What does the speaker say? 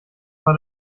mal